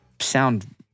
sound